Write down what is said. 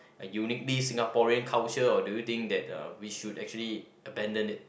a uniquely Singaporean culture or do you think that uh we should actually abandon it